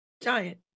Giant